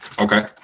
Okay